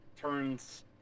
turns